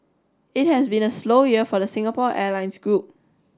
it has been a slow year for the Singapore Airlines group